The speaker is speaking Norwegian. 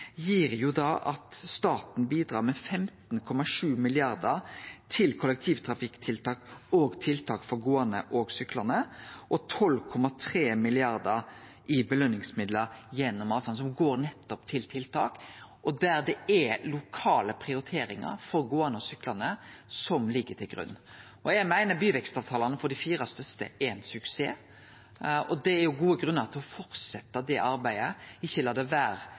at staten bidrar med 15,7 mrd. kr til kollektivtrafikktiltak og tiltak for gåande og syklande, og 12,3 mrd. kr i belønningsmidlar gjennom avtalen, som går nettopp til tiltak, og der det er lokale prioriteringar for gåande og syklande som ligg til grunn. Eg meiner byvekstavtalane for dei fire største byane er ein suksess, og det er gode grunnar til å fortsetje det arbeidet, ikkje la det vere